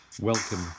Welcome